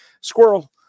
squirrel